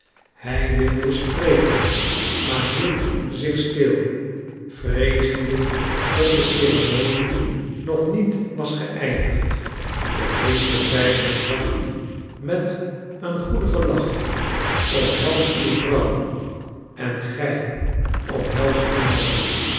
hij wilde spreken maar hield zich stil vreezende dat de ceremonie nog niet was geëindigd de priester zeide hem zacht met een goedigen lach omhels uw vrouw en gij omhels uw man